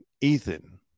Ethan